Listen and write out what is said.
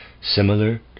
similar